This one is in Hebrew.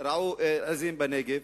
רעו עזים בנגב.